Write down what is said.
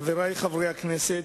חברי חברי הכנסת,